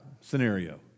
scenario